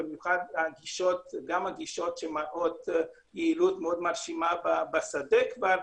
במיוחד הגישות שמראות יעילות מרשימה מאוד בשדה כבר,